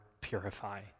purify